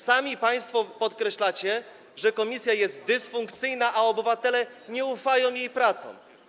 Sami państwo podkreślacie, że komisja jest dysfunkcyjna, a obywatele nie ufają jej pracom.